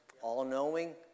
all-knowing